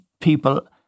people